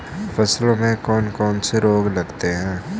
फसलों में कौन कौन से रोग लगते हैं?